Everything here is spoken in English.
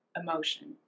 emotion